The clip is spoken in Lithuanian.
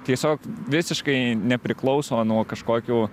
tiesiog visiškai nepriklauso nuo kažkokių